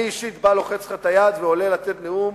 אני אישית לוחץ לך את היד ועולה לתת נאום